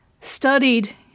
studied